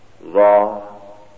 law